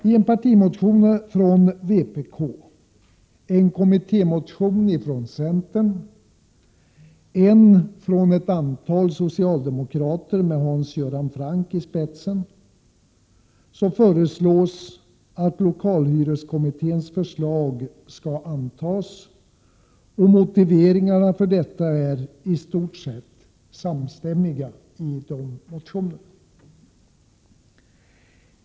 : I en partimotion från vpk, i en kommittémotion från centern och i en motion från ett antal socialdemokrater med Hans Göran Franck i spetsen föreslås att lokalhyreskommitténs förslag skall antas. Motiveringarna för detta är i stort sett samstämmiga i de olika motionerna.